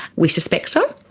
we suspect so.